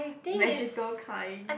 magical kind